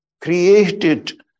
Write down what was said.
created